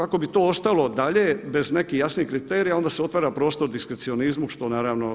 Ako bi to ostalo dalje bez nekih jasnih kriterija onda se otvara prostor diskrecionizmu što naravno